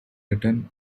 written